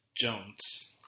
Jones